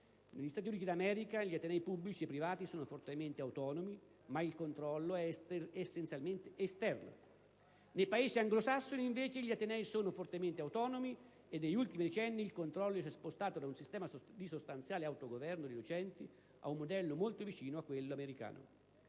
Negli Stati Uniti d'America gli atenei pubblici e privati sono fortemente autonomi, ma il controllo è essenzialmente esterno. Nei Paesi anglosassoni, invece, gli atenei sono fortemente autonomi e negli ultimi decenni il controllo si è spostato da un sistema di sostanziale autogoverno dei docenti a un modello molto vicino a quello americano.